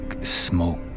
smoke